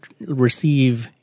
receive